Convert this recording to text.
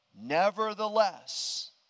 Nevertheless